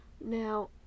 Now